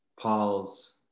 Paul's